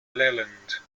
leland